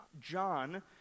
John